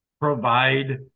provide